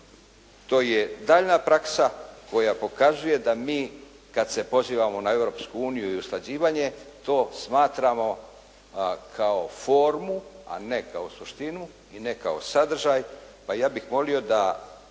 to je daljnja praksa koja pokazuje da mi kad se pozivamo na Europsku uniju i usklađivanje, to smatramo kao formu, a ne kao suštinu i ne kao sadržaj.